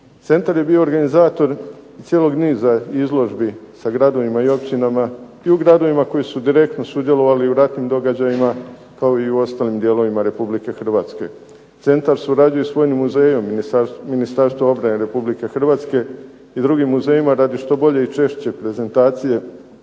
Centar je bio organizator cijelog niza izložbi sa gradovima i općinama i u gradovima koji su direktno sudjelovali u ratnim događajima kao i u ostalim dijelovima Republike Hrvatske. Centar surađuje s Vojnim muzejom Ministarstva obrane Republike Hrvatske i drugim muzejima radi što bolje i češće prezentacije